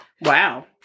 Wow